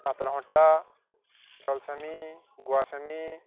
ପାତଲହଣ୍ଟା ଜଲସେମୀ ଗୁଆସେମୀ